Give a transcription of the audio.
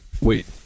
Wait